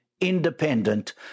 independent